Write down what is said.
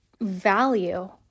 value